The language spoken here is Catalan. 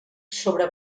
sobre